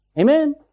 Amen